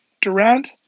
Durant